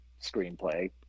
screenplay